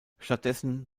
stattdessen